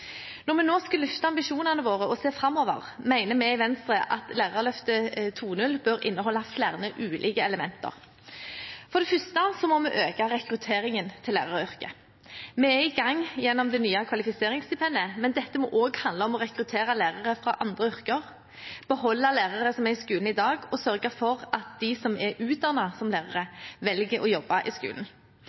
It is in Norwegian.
Når vi nå skal løfte ambisjonene våre og se framover, mener vi i Venstre at Lærerløftet 2.0 bør inneholde flere ulike elementer. For det første må vi øke rekrutteringen til læreryrket. Vi er i gang gjennom det nye kvalifiseringsstipendet, men dette må også handle om å rekruttere lærere fra andre yrker, beholde lærere som er i skolen i dag, og sørge for at de som er utdannet som lærere, velger å jobbe i skolen.